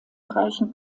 bereichen